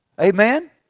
Amen